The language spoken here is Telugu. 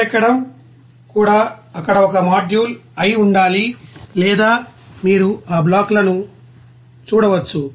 వేడెక్కడం కూడా అక్కడ ఒక మాడ్యూల్ అయి ఉండాలి లేదా మీరు ఆ బ్లాక్లను చూడవచ్చు